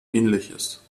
ähnliches